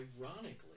ironically